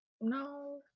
no